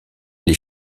les